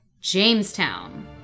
Jamestown